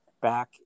back